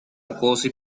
acoso